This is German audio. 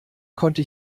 konnte